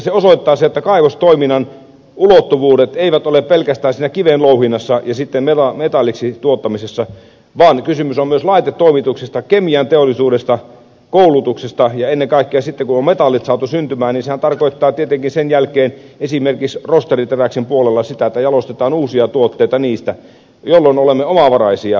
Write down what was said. se osoittaa sen että kaivostoiminnan ulottuvuudet eivät ole pelkästään siinä kivenlouhinnassa ja sitten metalliksi tuottamisessa vaan kysymys on myös laitetoimituksista kemianteollisuudesta koulutuksesta ja ennen kaikkea sitten kun on metallit saatu syntymään sehän tarkoittaa tietenkin sen jälkeen esimerkiksi rosteriteräksen puolella sitä että jalostetaan niistä uusia tuotteita jolloin olemme omavaraisia